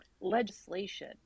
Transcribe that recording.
legislation